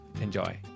Enjoy